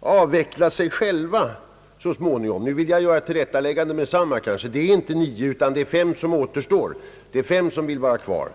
avveckla sig själva så småningom om deras existens inte vore befogad. Nu vill jag omedelbart göra ett tillrättaläggande till vad Herr Strand sade. Det är inte nio bolag utan det är fem som vill vara kvar.